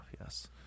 yes